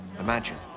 imagine,